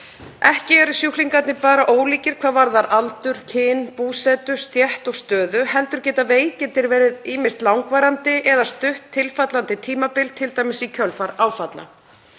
Ekki eru sjúklingarnir bara ólíkir hvað varðar aldur, kyn, búsetu, stétt og stöðu heldur geta veikindi verið ýmist langvarandi eða stutt tilfallandi tímabil, t.d. í kjölfar áfalla.